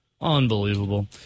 Unbelievable